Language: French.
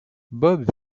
bob